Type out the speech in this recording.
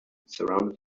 surrounded